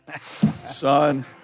Son